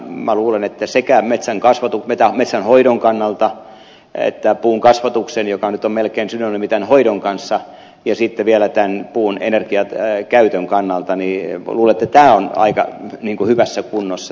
minä luulen että sekä metsänhoidon että puun kasvatuksen joka nyt on melkein synonyymi tämän hoidon kanssa ja sitten vielä tämän puun energiakäytön kannalta tämä työnjako on aika hyvässä kunnossa